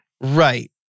Right